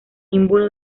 símbolo